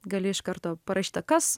gali iš karto parašyta kas